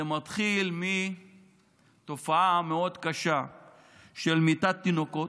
זה מתחיל מתופעה מאוד קשה של מיתת תינוקות.